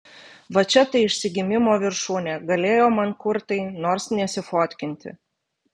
va čia tai išsigimimo viršūnė galėjo mankurtai nors nesifotkinti